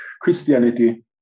Christianity